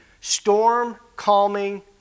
storm-calming